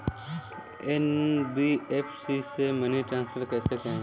NBFC से money transfer कैसे करें?